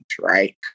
right